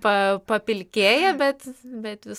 pa papilkėję bet bet vis